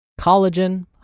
collagen